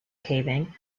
caving